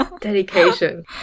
dedication